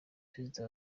perezida